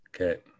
Okay